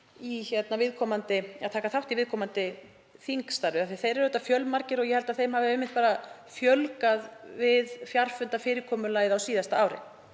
í viðkomandi þingstarfi. Þeir eru auðvitað fjölmargir og ég held að þeim hafi einmitt fjölgað við fjarfundafyrirkomulagið á síðasta ári.